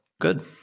good